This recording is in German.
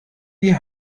die